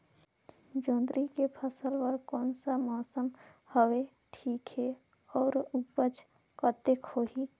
जोंदरी के फसल बर कोन सा मौसम हवे ठीक हे अउर ऊपज कतेक होही?